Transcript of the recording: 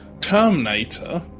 Terminator